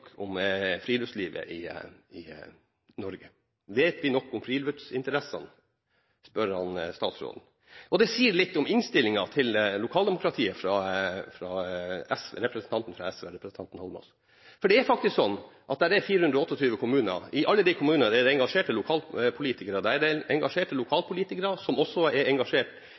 om vi vet nok om friluftslivet i Norge. Vet vi nok om friluftsinteressene?, spør han statsråden. Det sier litt om innstillingen til lokaldemokratiet hos representanten Eidsvoll Holmås fra SV. Det er faktisk sånn at det er 428 kommuner. I alle disse kommunene er det engasjerte lokalpolitikere, som også er engasjert